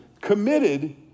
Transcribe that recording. committed